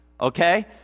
Okay